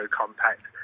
compact